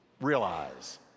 realize